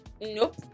nope